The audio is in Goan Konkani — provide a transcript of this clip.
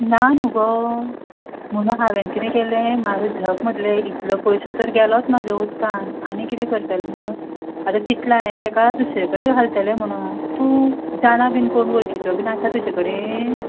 ना न्हय गो म्हणून हांवें किदें केलें मारूं झक म्हणलें इतलो पयसो तर गेलोच म्हजो उदकान आनी किदें करतलें म्हणून आतां चितलां हांवें तेका दुसरे कडेन घालतलें म्हुणूं तूं जाणा बी कोण वळखीचो बी आसा तुजे कडेन